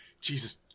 Jesus